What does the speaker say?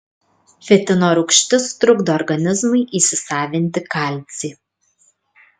fitino rūgštis trukdo organizmui įsisavinti kalcį